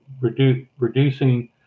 reducing